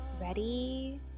Ready